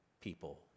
people